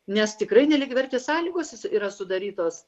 nes tikrai nelygiavertės sąlygos yra sudarytos